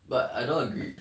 but I don't agree